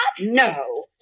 No